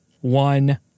one